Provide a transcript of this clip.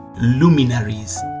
luminaries